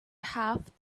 half